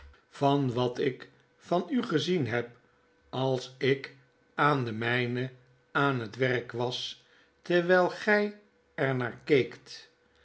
van wat ik van u gezien heb als ik aan de myne aan het werk was turwyl gy er